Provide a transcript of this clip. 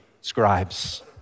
scribes